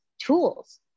tools